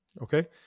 Okay